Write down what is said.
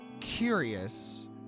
curious